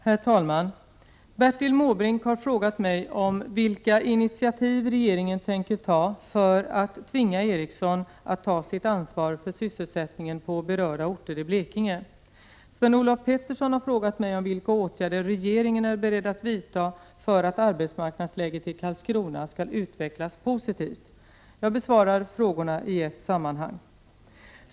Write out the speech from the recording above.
Herr talman! Bertil Måbrink har frågat mig vilka initiativ regeringen tänker ta för att tvinga Ericsson att ta sitt ansvar för sysselsättningen på berörda orter i Blekinge. Sven-Olof Petersson har frågat mig vilka åtgärder regeringen är beredd att vidta för att arbetsmarknadsläget i Karlskrona skall utvecklas positivt. Jag besvarar frågorna i ett sammanhang.